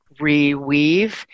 reweave